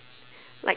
like